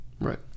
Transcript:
Right